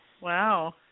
Wow